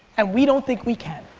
and we don't think we can.